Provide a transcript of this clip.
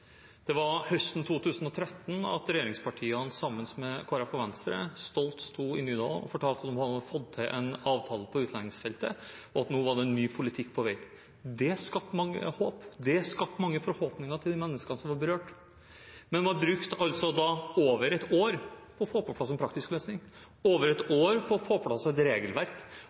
Det var høsten 2013 regjeringspartiene sammen med Kristelig Folkeparti og Venstre stolte sto i Nydalen og fortalte at de hadde fått til en avtale på utlendingsfeltet, og at det nå var en ny politikk på vei. Det skapte mange håp. Det skapte mange forhåpninger hos de menneskene som var berørt. Men man brukte altså over et år på å få på plass en praktisk løsning, over et år på å